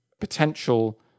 potential